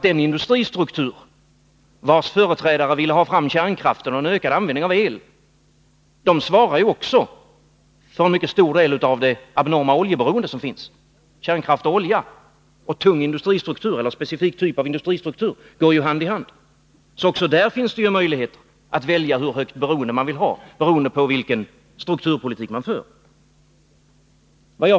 Den industristruktur vars företrädare ville föra fram kärnkraften och ha en ökad användning av el svarar ju också för en mycket stor del av det abnorma oljeberoendet. Kärnkraft och olja och en specifik typ av industristruktur går ju hand i hand. Också där finns möjlighet att välja hur stort beroende man vill ha — det kommer nämligen an på vilken strukturpolitik man för.